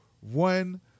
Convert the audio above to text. one